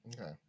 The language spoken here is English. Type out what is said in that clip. Okay